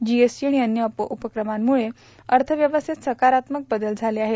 GST आणि अन्य उपकमांमुळं अर्थव्यवस्थेत सकारात्मक बदल झाले आहेत